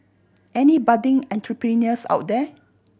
any budding entrepreneurs out there